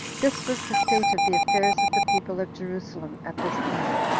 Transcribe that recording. this was the state of the affairs of the people of jerusalem at this time.